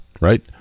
right